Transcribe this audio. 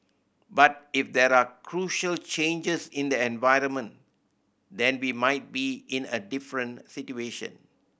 but if there are crucial changes in the environment then we might be in a different situation